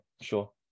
sure